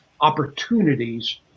opportunities